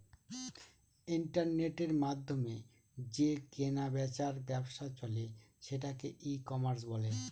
ইন্টারনেটের মাধ্যমে যে কেনা বেচার ব্যবসা চলে সেটাকে ই কমার্স বলে